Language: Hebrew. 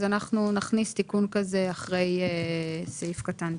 אנחנו נכניס תיקון כזה אחרי סעיף קטן (ד).